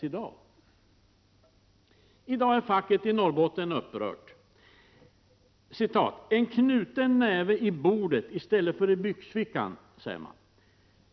I dag är facket i Norrbotten upprört. ”En knuten näve i bordet i stället för i byxfickan”, säger de.